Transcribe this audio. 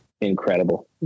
incredible